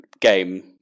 game